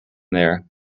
there